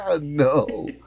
No